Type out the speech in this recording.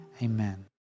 Amen